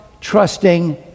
trusting